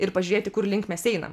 ir pažiūrėti kur link mes einam